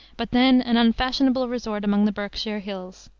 but then an unfashionable resort among the berkshire hills.